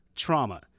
Trauma